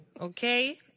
Okay